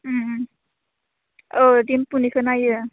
ओम औ दिम्पुनिखौ नायो